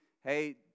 hey